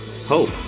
Hope